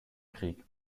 krieg